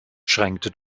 schränkte